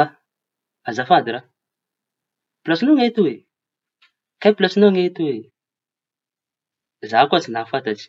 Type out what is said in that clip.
Ah, azafady raha pilasiñao ny etoy? Kay pilasiñao ny etoy za koa tsy nahafantatsy